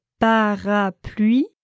parapluie